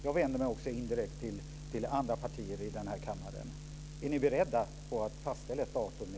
Jag vänder mig också indirekt till andra partier här i kammaren. Är ni beredda att fastställa ett datum nu?